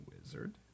wizard